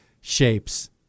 shapes